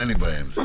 אין לי בעיה עם זה.